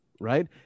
Right